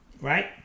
Right